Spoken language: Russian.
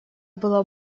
было